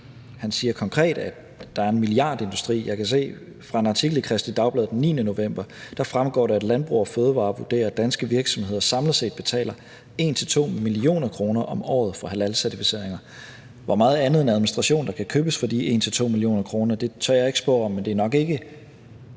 spørgeren konkret, at der er en milliardindustri, og jeg kan se, at det i en artikel i Kristeligt Dagblad fra den 9. november fremgår, at Landbrug & Fødevarer vurderer, at danske virksomheder samlet set betaler 1-2 mio. kr. om året for halalcertificeringer. Hvor meget andet end administration der kan købes for de 1-2 mio. kr., tør jeg ikke spå om, men det er nok ikke